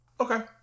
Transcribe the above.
Okay